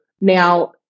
now